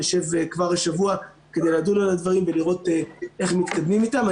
נשב כבר השבוע כדי לדון על הדברים ולראות איך מתקדמים איתם.